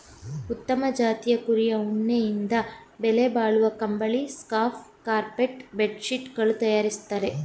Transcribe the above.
ಉತ್ತಮ ಜಾತಿಯ ಕುರಿಯ ಉಣ್ಣೆಯಿಂದ ಬೆಲೆಬಾಳುವ ಕಂಬಳಿ, ಸ್ಕಾರ್ಫ್ ಕಾರ್ಪೆಟ್ ಬೆಡ್ ಶೀಟ್ ಗಳನ್ನು ತರಯಾರಿಸ್ತರೆ